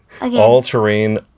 all-terrain